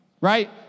right